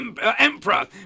emperor